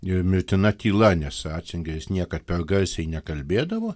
ir mirtina tyla nes ratzingeris niekad per garsiai nekalbėdavo